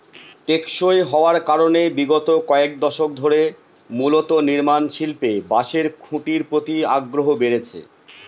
টেকসই হওয়ার কারনে বিগত কয়েক দশক ধরে মূলত নির্মাণশিল্পে বাঁশের খুঁটির প্রতি আগ্রহ বেড়েছে